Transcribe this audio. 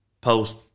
Post